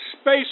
space